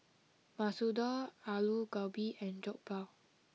Masoor Dal Alu Gobi and Jokbal